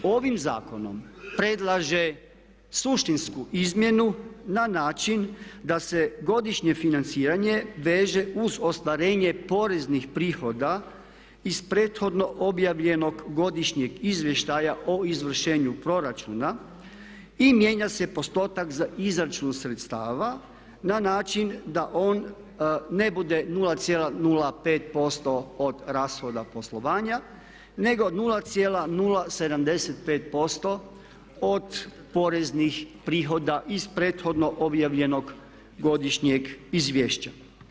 I zbog toga ovim zakonom predlaže suštinsku izmjenu na način da se godišnje financiranje veže uz ostvarenje poreznih prihoda iz prethodno objavljenog godišnjeg izvještaja o izvršenju proračuna i mijenja se postotak za izračun sredstava na način da on ne bude 0,05% od rashoda poslovanja nego 0,075% od poreznih prihoda iz prethodno objavljenog godišnjeg izvješća.